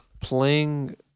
playing